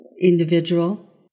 individual